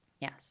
Yes